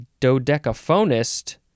dodecaphonist